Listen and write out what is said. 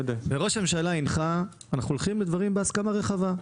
ראש הממשלה הנחה: אנחנו הולכים לדברים בהסכמה רחבה.